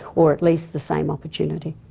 or at least the same opportunity.